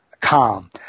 calm